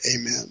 Amen